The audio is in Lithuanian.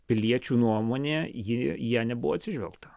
piliečių nuomonė ji į ją nebuvo atsižvelgta